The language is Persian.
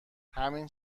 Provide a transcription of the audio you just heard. همین